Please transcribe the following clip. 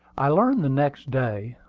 i learned the next day,